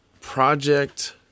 Project